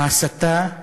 ההסתה,